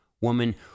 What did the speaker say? woman